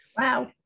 wow